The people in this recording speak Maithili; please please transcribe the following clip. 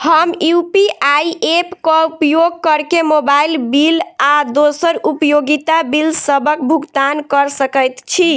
हम यू.पी.आई ऐप क उपयोग करके मोबाइल बिल आ दोसर उपयोगिता बिलसबक भुगतान कर सकइत छि